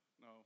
No